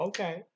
Okay